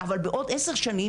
אבל בעוד עשר שנים,